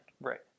Right